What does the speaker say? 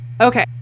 Okay